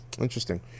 interesting